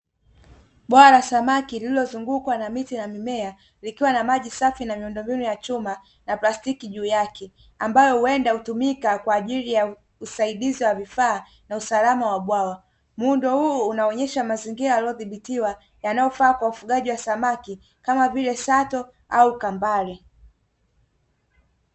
Bwawa la samaki lilozungukwa na miti na mimea likiwa na maji safi na miundo mbinu ya chuma na plastiki juu yake, ambayo huenda hutumika kwa ajili ya usaidizi wa vifaa na usalama wa bwawa. Muundo huu unaonyesha mazingira yaliyo zidbitiwa na yanayofaa kwa ufugaji wa samaki kama vile sato au kambale.